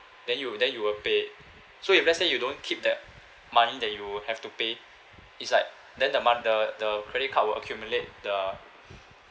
then you will then you will pay so if let's say you don't keep that money that you have to pay its like then the mo~ the the credit card will accumulate the